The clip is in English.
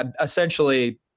essentially